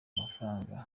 mafaranga